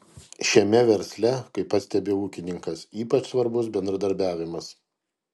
šiame versle kaip pastebi ūkininkas ypač svarbus bendradarbiavimas